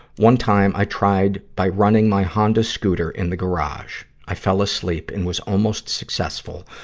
one time, i tried by running my honda scooter in the garage. i fell asleep and was almost successful,